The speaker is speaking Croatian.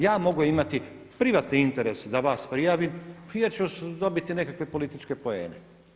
Ja mogu imati privatni interes da vas prijavim jer ću dobiti nekakve političke poene.